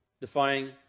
defying